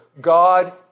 God